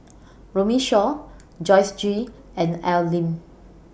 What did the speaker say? Runme Shaw Joyce Jue and Al Lim